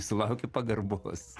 sulauki pagarbos